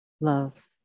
love